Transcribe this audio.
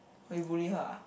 orh you bully her ah